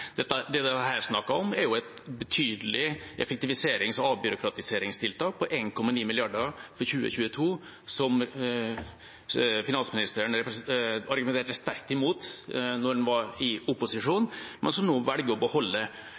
Det som det her er snakk om, er et betydelig effektiviserings- og avbyråkratiseringstiltak på 1,9 mrd. kr for 2022, som finansministeren argumenterte sterkt imot da han var i opposisjon, men som han nå velger å beholde.